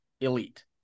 elite